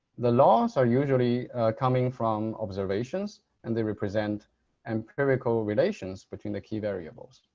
the laws are usually coming from observations and they represent empirical relations between the key variables.